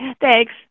Thanks